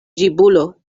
ĝibulo